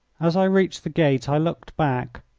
as i reached the gate i looked back,